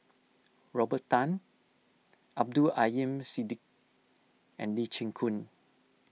Robert Tan Abdul Aleem Siddi and Lee Chin Koon